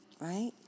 Right